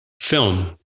film